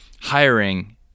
hiring